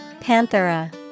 Panthera